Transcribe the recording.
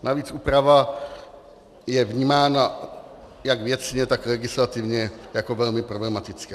Navíc úprava je vnímána jak věcně, tak legislativně jako velmi problematická.